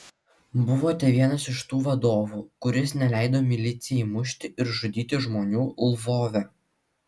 buvote vienas iš tų vadovų kuris neleido milicijai mušti ir žudyti žmonių lvove